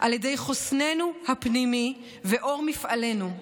על ידי חוסננו הפנימי ואור מפעלנו,